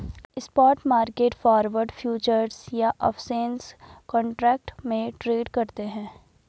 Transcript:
spot market forward, futures या options contract में trade करते हैं